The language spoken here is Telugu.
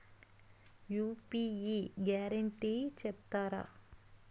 యూ.పీ.యి గ్యారంటీ చెప్తారా?